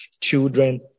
children